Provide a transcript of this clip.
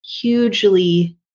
hugely